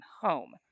home